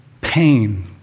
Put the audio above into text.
pain